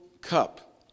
cup